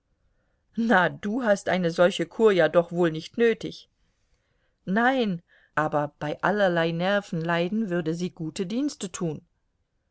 na du hast eine solche kur ja doch wohl nicht nötig nein aber bei allerlei nervenleiden würde sie gute dienste tun